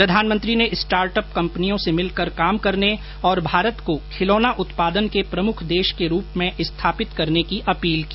प्रधानमंत्री ने स्टार्टअप कंपनियों से मिलकर काम करने और भारत को खिलौना उत्पादन के प्रमुख देश के रूप में स्थापित करने की अपील की